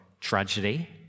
tragedy